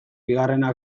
bigarrena